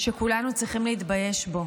שכולנו צריכים להתבייש בו,